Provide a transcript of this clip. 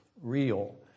real